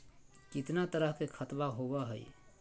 कितना तरह के खातवा होव हई?